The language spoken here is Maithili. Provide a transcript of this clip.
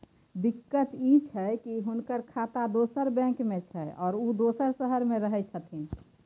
दिक्कत इ छै की हुनकर खाता दोसर बैंक में छै, आरो उ दोसर शहर में रहें छथिन